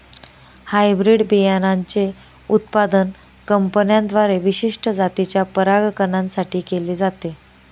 hybrid बियाणांचे उत्पादन कंपन्यांद्वारे विशिष्ट जातीच्या परागकणां साठी केले जाते